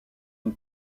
une